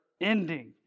ending